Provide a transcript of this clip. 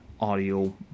audio